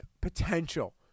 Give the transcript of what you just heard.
potential